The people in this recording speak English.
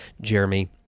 Jeremy